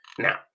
Now